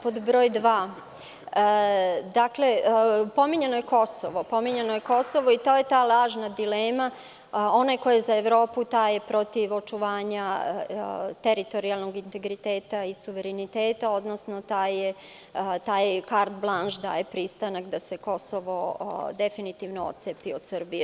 Pod broj dva, pominjano je Kosovo i to je ta lažna dilema, onaj ko je za Evropu, taj je protiv očuvanja teritorijalnog integriteta i suvereniteta, odnosno taj Karl Blanš daje pristanak da se Kosovo definitivno otcepi od Srbije.